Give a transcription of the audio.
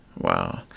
Wow